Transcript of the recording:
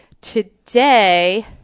today